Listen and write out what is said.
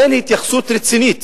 אין התייחסות רצינית